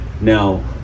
Now